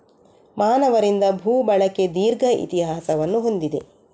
ಮಾನವರಿಂದ ಭೂ ಬಳಕೆ ದೀರ್ಘ ಇತಿಹಾಸವನ್ನು ಹೊಂದಿದೆ